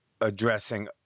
addressing